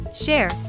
share